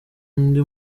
undi